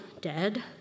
dead